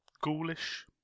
ghoulish